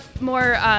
more